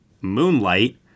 Moonlight